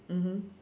mmhmm